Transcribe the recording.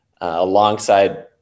alongside